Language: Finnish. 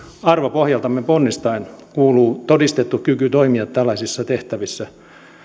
arvopohjaltamme ponnistaen kuuluu todistettu kyky toimia tällaisissa tehtävissä